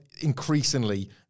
increasingly